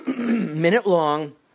minute-long